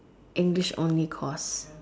English only course